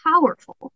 powerful